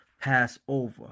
Passover